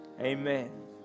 Amen